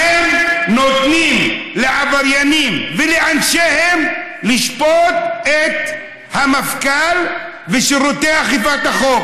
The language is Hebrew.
אתם נותנים לעבריינים ולאנשיהם לשפוט את המפכ"ל ושירותי אכיפת החוק.